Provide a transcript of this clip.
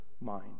mind